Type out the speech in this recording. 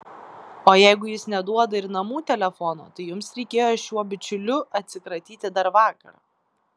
o jeigu jis neduoda ir namų telefono tai jums reikėjo šiuo bičiuliu atsikratyti dar vakar